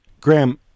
Graham